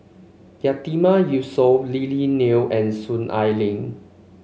Yatiman Yusof Lily Neo and Soon Ai Ling